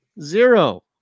Zero